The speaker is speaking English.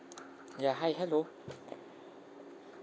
ya hi hello